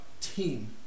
team